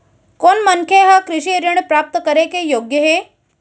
कोन मनखे ह कृषि ऋण प्राप्त करे के योग्य हे?